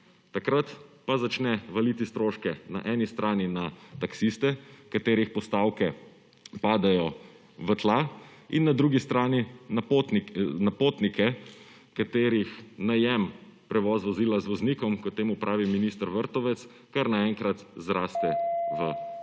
takrat pa začne valiti stroške na eni strani na taksiste, katerih postavke padejo v tla, in na drugi strani na potnike, katerih najem prevoza vozila z voznikov, kot temu pravi minister Vrtovec, kar naenkrat zraste v nebo.